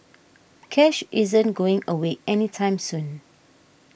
cash isn't going away any time soon